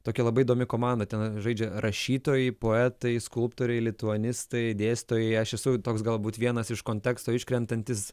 tokia labai įdomi komanda ten žaidžia rašytojai poetai skulptoriai lituanistai dėstytojai aš esu toks galbūt vienas iš konteksto iškrentantis